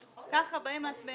ככה באים להצביע.